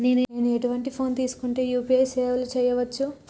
నేను ఎటువంటి ఫోన్ తీసుకుంటే యూ.పీ.ఐ సేవలు చేయవచ్చు?